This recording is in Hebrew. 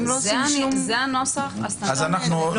זה הנוסח הסטנדרטי.